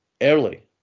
early